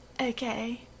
okay